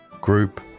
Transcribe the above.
group